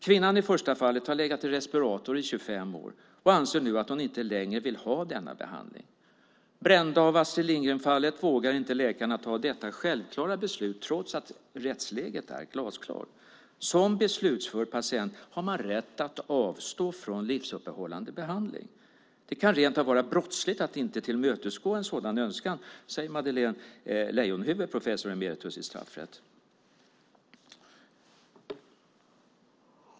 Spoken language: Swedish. Kvinnan i det första fallet har legat i respirator i 25 år och anser nu att hon inte längre vill ha denna behandling. Brända av Astrid Lindgren-fallet vågar inte läkarna ta detta självklara beslut trots att rättsläget är glasklart: Som beslutför patient har man rätt att avstå från livsuppehållande behandling. Det kan rentav vara brottsligt att inte tillmötesgå en sådan önskan, säger Madeleine Leijonhufvud, professor emeritus i straffrätt.